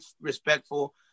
respectful